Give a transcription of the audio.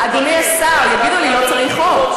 אדוני השר, יגידו לי: לא צריך חוק.